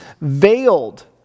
veiled